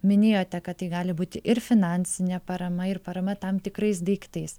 minėjote kad tai gali būti ir finansinė parama ir parama tam tikrais daiktais